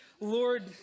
Lord